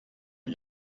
wie